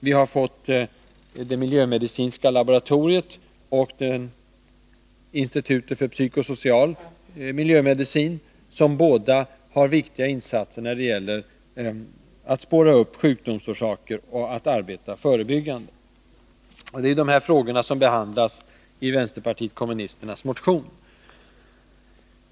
Vi har vidare fått det miljömedicinska laboratoriet och institutet för psykosocial miljömedicin, som båda gör viktiga insatser när det gäller att spåra upp sjukdomsorsaker och arbeta förebyggande. Det är de här frågorna som behandlas i vänsterpartiet kommunisternas motion.